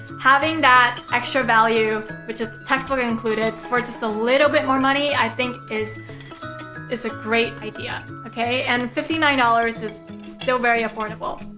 having that extra value which is textbook included for just a little bit more money i think is it's a great idea. okay, and fifty nine dollars is still very affordable.